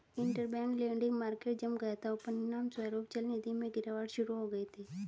interbank lending market जम गया था, और परिणामस्वरूप चलनिधि में गिरावट शुरू हो गई थी